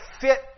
fit